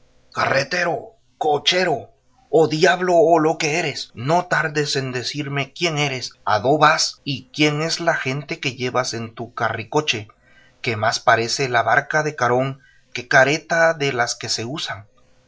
carretero cochero o diablo o lo que eres no tardes en decirme quién eres a dó vas y quién es la gente que llevas en tu carricoche que más parece la barca de carón que carreta de las que se usan